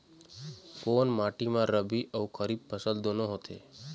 कोन माटी म रबी अऊ खरीफ फसल दूनों होत हे?